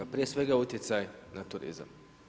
Prije svega utjecaj na turizam.